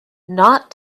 not